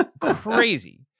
crazy